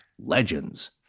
legends